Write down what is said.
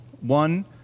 One